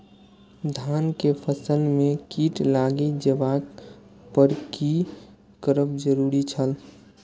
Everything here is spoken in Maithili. धान के फसल में कीट लागि जेबाक पर की करब जरुरी छल?